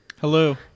Hello